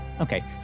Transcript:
Okay